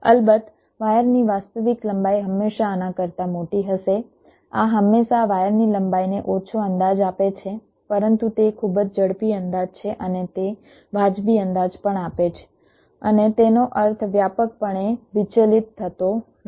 અલબત્ત વાયરની વાસ્તવિક લંબાઈ હંમેશા આના કરતા મોટી હશે આ હંમેશા વાયરની લંબાઈને ઓછો અંદાજ આપે છે પરંતુ તે ખૂબ જ ઝડપી અંદાજ છે અને તે વાજબી અંદાજ પણ આપે છે અને તેનો અર્થ વ્યાપકપણે વિચલિત થતો નથી